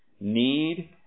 need